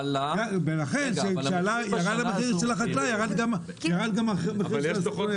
ולכן כשירד המחיר של החקלאי ירד גם המחיר של הסוחר,